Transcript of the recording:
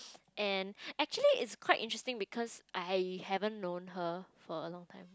and actually it's quite interesting because I haven't known her for a long time